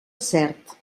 cert